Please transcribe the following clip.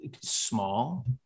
small